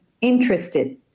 interested